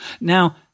Now